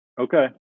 Okay